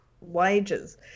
wages